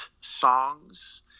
songs